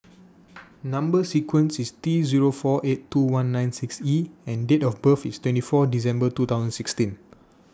Number sequence IS T Zero four eight two one nine six E and Date of birth IS twenty four December two thousand sixteen